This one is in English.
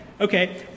Okay